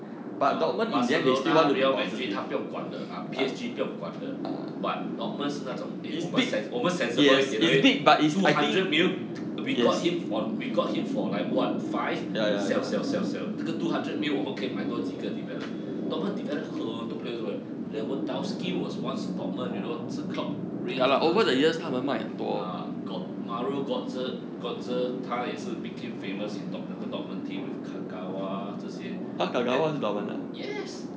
uh barcelona real madrid 他不用管的 uh P_S_G 不用管的 but octman 是那种 eh 我们 sen~ 我们 sensible 一点 okay two hundred million we got him for we got him for like what five 小小小小那个 two hundred million 我们可以买多几个 develop thomas develop 很多 players eh like pertossi was one a dorman you know 只 clock range 他前 uh got mario gotze gotze 他也是 became famous in doc~ 那个 dorman team with kagawa 这些 the~ yes